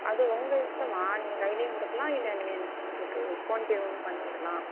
அது உங்கள் இஷ்டம்மா நீங்கள் கையிலேயும் கொடுக்கலாம் இல்லை நீங்கள் எனக்கு எங்களுக்கு ஃபோன்பேவும் பண்ணிவிடலாம்